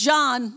John